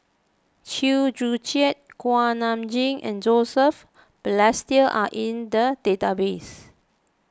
Chew Joo Chiat Kuak Nam Jin and Joseph Balestier are in the database